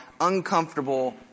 uncomfortable